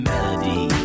Melody